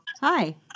Hi